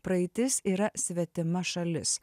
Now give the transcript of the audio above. praeitis yra svetima šalis